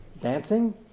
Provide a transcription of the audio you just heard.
Dancing